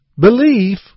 Belief